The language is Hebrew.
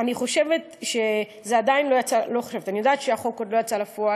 אני יודעת שהחוק עוד לא יצא לפועל,